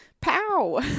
Pow